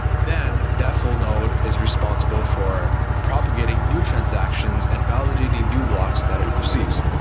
then that full node is responsible for propagating new transactions and validating new blocks that it receives.